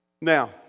Now